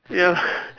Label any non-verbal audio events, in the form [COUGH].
ya [BREATH]